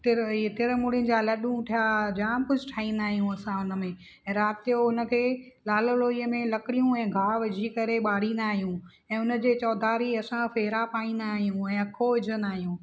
तिर इहे तिर मुड़ियुनि जा लडूं थिया जाम कुझु ठाहींदा आहियूं असां हुन में राति जो हुनखे लाल लोईअ में लकड़ियूं ऐं ॻाहु विझी करे ॿारींदा आहियूं ऐं हुनजे चोधारी असां फेरा पाईंदा आहियूं ऐं अखो विझंदा आहियूं